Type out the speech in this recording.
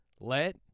Let